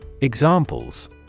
Examples